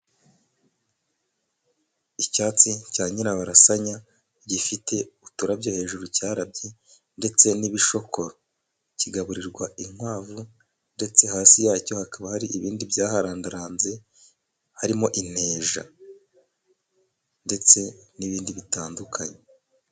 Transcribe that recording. Icyatsi cya nyirabarasanya gifite uturabyo, hejuru cyarabye ndetse n'ibishoko. Kigaburirwa inkwavu, ndetse hasi yacyo hakaba hari ibindi byaharandaranze, harimo inteja ndetse n'ibindi bitandukanye.